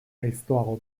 gaiztoago